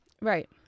Right